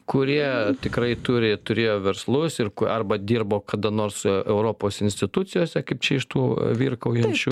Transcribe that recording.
kurie tikrai turi turėjo verslus ir arba dirbo kada nors europos institucijose kaip čia iš tų virkaujančių